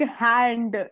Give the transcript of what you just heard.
hand